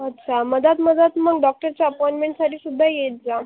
अच्छा मधात मधात मग डॉक्टरच्या अपॉइंटमेंटसाठी सुद्धा येत जा